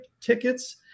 tickets